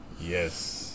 Yes